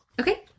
Okay